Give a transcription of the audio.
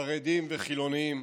חרדים וחילונים,